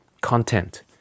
content